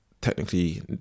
technically